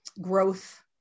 growth